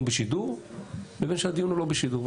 בשידור לבין כשהדיון הוא לא בשידור.